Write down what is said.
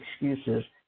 excuses